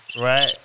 right